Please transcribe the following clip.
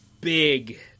big